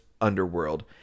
underworld